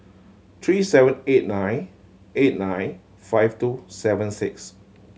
three seven eight nine eight nine five two seven six